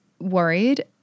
worried